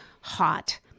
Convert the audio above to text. hot